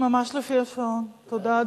דוד